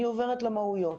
אני עוברת למהויות.